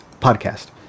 podcast